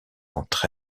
entre